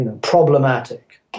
problematic